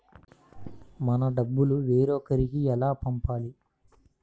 మన డబ్బులు వేరొకరికి ఎలా పంపాలి?